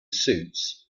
suits